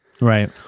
Right